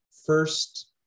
First